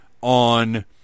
on